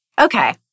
Okay